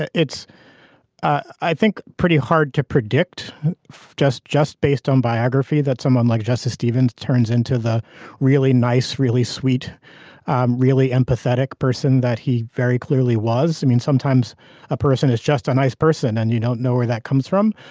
it's i think pretty hard to predict just just based on biography that someone like justice stevens turns into the really nice really sweet um really empathetic person that he very clearly was. i mean sometimes a person is just a nice person and you don't know where that comes from.